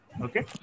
Okay